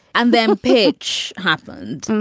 and then pitch happened.